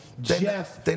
Jeff